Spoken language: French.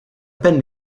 peine